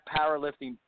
powerlifting